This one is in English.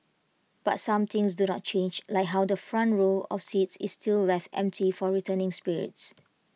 but some things do not change like how the front row of seats is still left empty for returning spirits